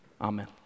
Amen